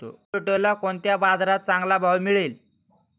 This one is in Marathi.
टोमॅटोला कोणत्या बाजारात चांगला भाव मिळेल?